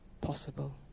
possible